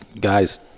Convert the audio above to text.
guy's